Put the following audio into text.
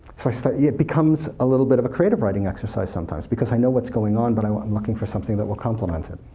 so it becomes a little bit of a creative writing exercise, sometimes. because i know what's going on, but i'm looking for something that will complement it.